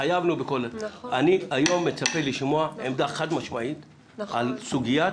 אני היום מצפה לשמוע עמדה חד-משמעית על סוגיית